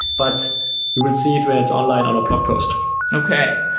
but we will see it when it's online on a blogpost okay.